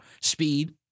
speed